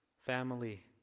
Family